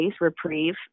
reprieve